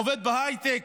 עובד בהייטק.